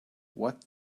what